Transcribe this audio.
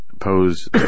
pose